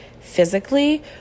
physically